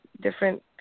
different